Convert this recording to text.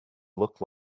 look